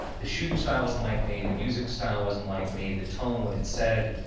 the shooting style wasn't like me. the music style wasn't like me, the tone, what it said.